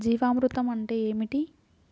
జీవామృతం అంటే ఏమిటి?